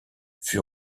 fut